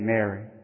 Mary